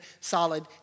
solid